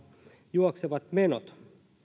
juoksevat menot